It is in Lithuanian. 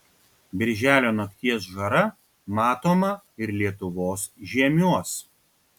birželio nakties žara matoma ir lietuvos žiemiuos